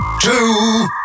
two